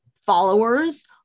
followers